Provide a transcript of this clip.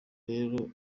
rero